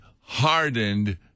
hardened